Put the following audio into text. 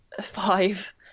five